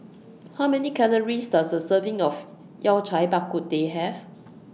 How Many Calories Does A Serving of Yao Cai Bak Kut Teh Have